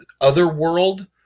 Otherworld